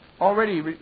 already